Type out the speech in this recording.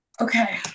Okay